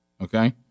Okay